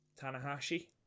Tanahashi